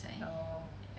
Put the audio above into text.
oh